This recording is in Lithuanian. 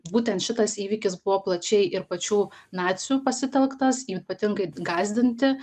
būtent šitas įvykis buvo plačiai ir pačių nacių pasitelktas ypatingai gąsdinti